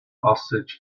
osage